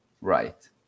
Right